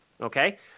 okay –